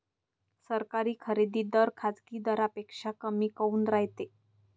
सरकारी खरेदी दर खाजगी दरापेक्षा कमी काऊन रायते?